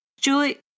Julie